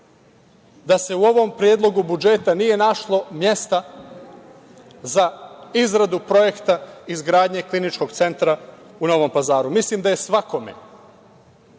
da se u ovom Predlogu budžeta nije našlo mesta za izradu projekta izgradnje kliničkog centra u Novom Pazaru. Mislim da je svakome